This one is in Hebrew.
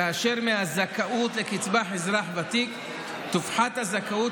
כאשר מהזכאות לקצבת אזרח ותיק תופחת הזכאות